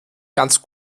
ganz